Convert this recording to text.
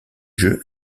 jeu